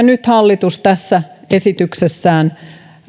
nyt hallitus tässä esityksessään